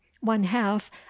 one-half